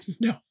no